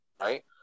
right